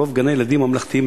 רוב גני-הילדים הממלכתיים,